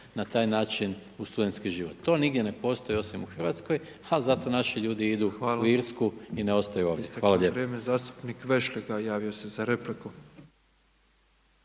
na taj način u studentski život. To nigdje ne postoji osim u Hrvatskoj, a zato naši ljudi idu u Irsku i ne ostaju ovisni. Hvala lijepo.